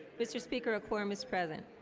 mr. speaker a quorum is present